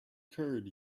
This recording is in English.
curd